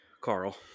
Carl